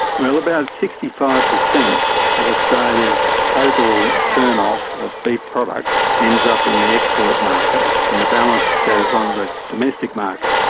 well, about sixty five percent of australia's total turn-off of beef products ends up in the export market and the balance goes on the domestic market.